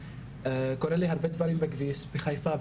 קורים לי הרבה דברים בכביש - בחיפה,